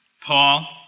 Paul